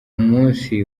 musi